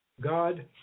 God